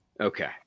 Okay